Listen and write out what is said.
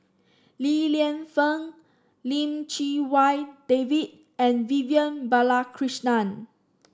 Li Lienfung Lim Chee Wai David and Vivian Balakrishnan